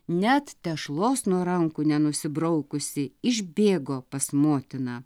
net tešlos nuo rankų nenusibrauksi išbėgo pas motiną